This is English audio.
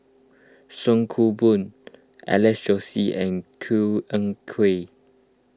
Song Koon Poh Alex Josey and Koh Eng Kian